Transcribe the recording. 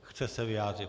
Chce se vyjádřit.